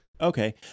Okay